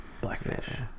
Blackfish